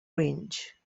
range